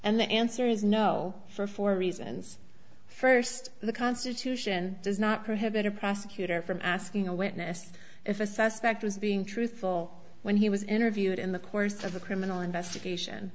and the answer is no for four reasons first the constitution does not prohibit a prosecutor from asking a witness if a suspect was being truthful when he was interviewed in the course of a criminal investigation